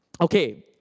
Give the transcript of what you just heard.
okay